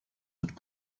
had